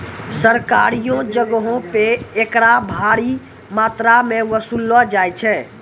सरकारियो जगहो पे एकरा भारी मात्रामे वसूललो जाय छै